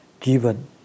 given